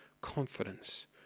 confidence